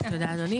תודה אדוני.